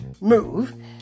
move